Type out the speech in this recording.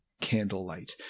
Candlelight